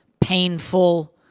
painful